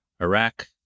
Iraq